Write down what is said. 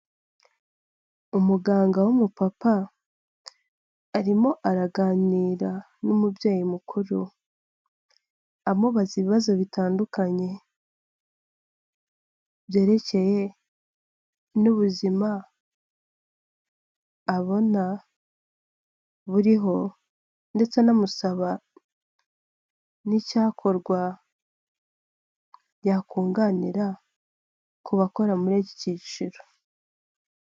Umuganga w'umupapa arimo araganira n'umubyeyi mukuru amubaza ibibazo bitandukanye byerekeye n'ubuzima abona buriho ndetse anamusaba n'icyakorwa yakunganira ku bakora muri iki cyiciro.